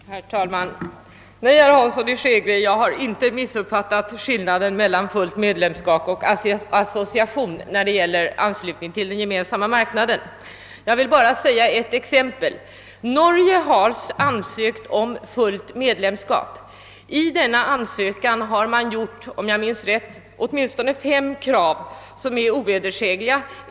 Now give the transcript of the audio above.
Herr talman! Nej, herr Hansson i Skegrie, jag har inte missuppfattat skillnaden mellan fullt medlemskap och association när det gäller anslutning till Gemensamma marknaden. Jag vill bara nämna ett exempel därpå. Norge har ansökt om fullt medlemskap. I denna ansökan har Norge ställt, om jag minns rätt, fem förhandlingskrav, som är ovedersägliga.